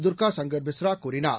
துர்கா சங்கர் மிஸ்ரா கூறினார்